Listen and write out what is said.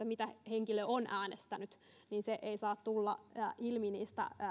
mitä henkilö on äänestänyt ei saa tulla ilmi niistä